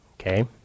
okay